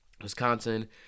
Wisconsin